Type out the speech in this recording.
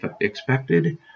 expected